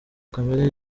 kamere